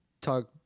talk